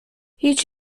هیچ